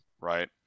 right